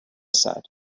said